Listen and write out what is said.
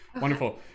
wonderful